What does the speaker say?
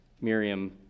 Miriam